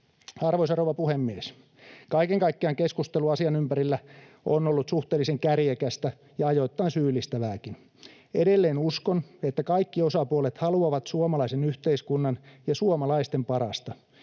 Arvoisa rouva puhemies! Kaiken kaikkiaan keskustelu asian ympärillä on ollut suhteellisen kärjekästä ja ajoittain syyllistävääkin. Edelleen uskon, että kaikki osapuolet haluavat suomalaisen yhteiskunnan ja suomalaisten parasta.